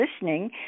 listening